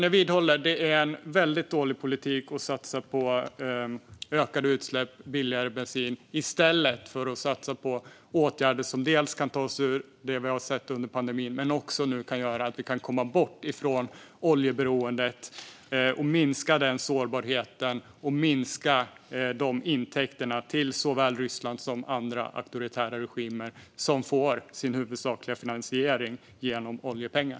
Jag vidhåller att det är en väldigt dålig politik att satsa på ökade utsläpp och billigare bensin i stället för att satsa på åtgärder som dels kan ta oss ur det som vi har sett under pandemin, dels kan göra att vi nu kan komma bort från oljeberoendet och minska denna sårbarhet samt minska intäkterna till såväl Ryssland som andra auktoritära regimer som får sin huvudsakliga finansiering genom oljepengar.